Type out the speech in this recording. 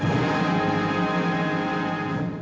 and